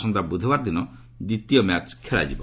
ଆସନ୍ତା ବୁଧବାର ଦିନ ଦ୍ୱିତୀୟ ମ୍ୟାଚ୍ ଖେଳାଯିବ